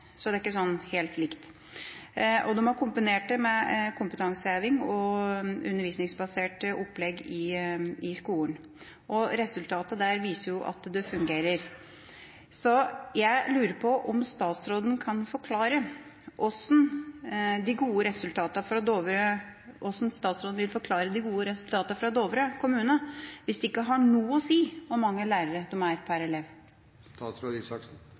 så dette er ikke alltid helt likt. De har kombinert det med kompetanseheving og undervisningsbasert opplegg i skolen, og resultatet der viser at det fungerer. Jeg lurer på hvordan statsråden vil forklare de gode resultatene fra Dovre kommune hvis det ikke har noe å si hvor mange lærere de er per elev. Det er ikke sånn at det ikke har noe å si hvor mange lærere man er per elev,